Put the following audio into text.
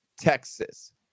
Texas